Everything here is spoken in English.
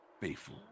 Faithful